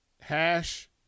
hash